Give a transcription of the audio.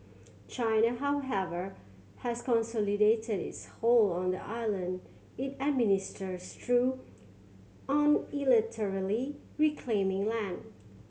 China however has consolidated its hold on the island it administers through unilaterally reclaiming land